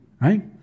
right